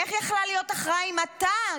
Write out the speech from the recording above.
איך יכלה להיות הכרעה אם אתה,